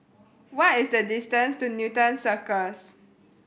what is the distance to Newton Cirus